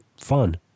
fun